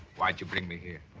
why'd you bring me here?